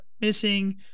missing